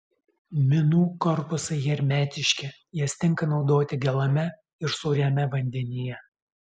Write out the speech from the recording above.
minų korpusai hermetiški jas tinka naudoti gėlame ir sūriame vandenyje